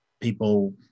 people